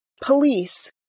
Police